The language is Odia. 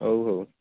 ହଉ ହଉ